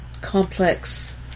complex